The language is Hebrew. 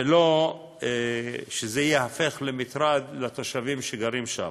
ולא שזה ייהפך למטרד לתושבים שגרים שם.